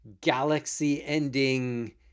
galaxy-ending